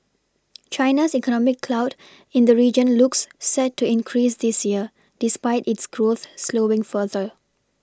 China's economic clout in the region looks set to increase this year despite its growth slowing further